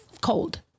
cold